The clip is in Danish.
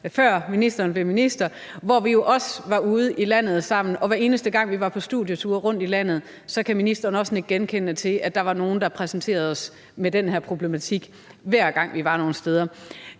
før ministeren blev minister, hvor vi jo også var ude i landet sammen. Og hver eneste gang vi var på studieture rundt i landet, kan ministeren også nikke genkendende til, at der var nogle, der præsenterede os for den her problematik, hver gang vi var nogen steder.